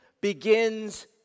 begins